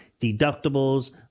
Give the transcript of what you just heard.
deductibles